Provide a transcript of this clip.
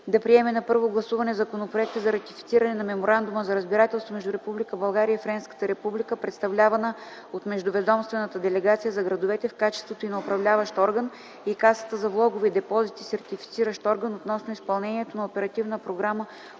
да приеме на първо гласуване законопроекта за ратифициране на Меморандума за разбирателство между Република България и Френската република, представлявана от Междуведомствената делегация за градовете в качеството й на управляващ орган и Касата за влогове и депозити – сертифициращ орган, относно изпълнението на Оперативна програма